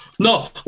No